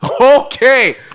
Okay